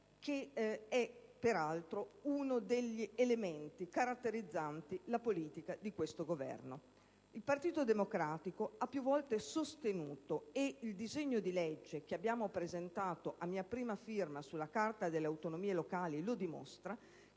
che è peraltro uno degli elementi caratterizzanti la politica di questo Governo. Il Partito Democratico ha più volte sostenuto - e il disegno di legge che abbiamo presentato, a mia prima firma, sulla carta delle autonomie locali lo dimostra